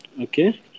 okay